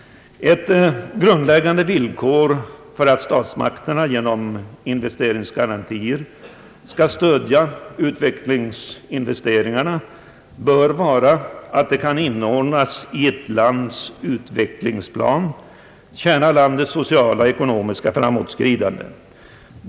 Ett grundläggande villkor för att statsmakterna genom investeringsgarantier skall stödja u-landsinvesteringarna bör vara att de kan inordnas i ett lands utvecklingsplan och tjäna landets sociala och ekonomiska framåtskridande.